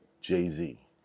Jay-Z